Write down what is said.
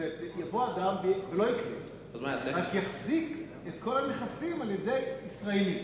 יבוא אדם ולא יקנה ורק יחזיק את כל הנכסים על-ידי ישראלים,